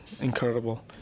incredible